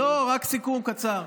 לא, רק סיכום קצר.